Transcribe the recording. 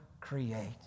create